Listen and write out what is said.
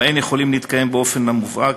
ובהן יכולים להתקיים באופן מובהק